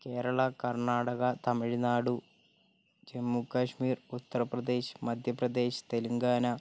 Kerala Karnataka Tamil Nadu Jammu Kashmir Uttar Pradesh Madhya Pradesh Telangana